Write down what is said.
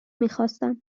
میخواستم